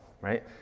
right